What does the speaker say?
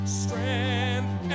strength